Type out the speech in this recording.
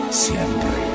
siempre